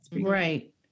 Right